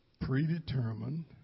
predetermined